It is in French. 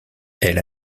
elle